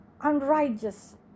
unrighteous